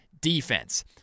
defense